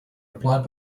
applied